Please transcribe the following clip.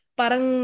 parang